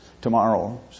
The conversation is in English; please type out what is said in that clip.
tomorrow